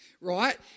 right